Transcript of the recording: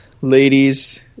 ladies